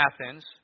Athens